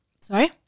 sorry